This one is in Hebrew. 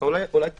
נפרט